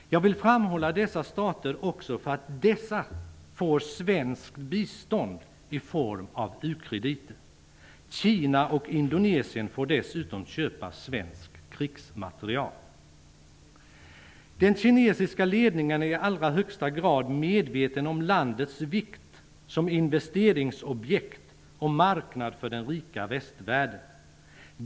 Jag vill framhålla dessa stater också för att de får svenskt bistånd i form av u-krediter. Kina och Indonesien får dessutom köpa svenskt krigsmateriel. Den kinesiska ledningen är i allra högsta grad medveten om landets vikt som investeringsobjekt och marknad för den rika västvärlden.